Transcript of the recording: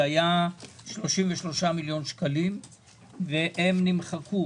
שהיה 33 מיליון שקלים והם נמחקו.